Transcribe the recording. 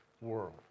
world